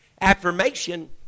affirmation